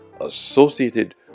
associated